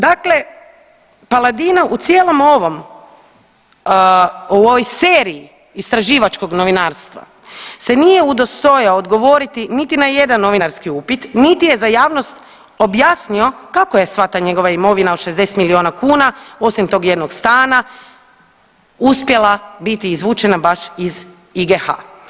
Dakle, Paladina u cijelom ovom, ovoj seriji istraživačkog novinarstva se nije udostojao odgovoriti niti na jedan novinarski upit niti je za javnost objasnio kako je sva ta njegova imovina od 60 milijuna kuna osim tog jednog stana uspjela biti izvučena baš iz IGH.